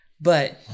But-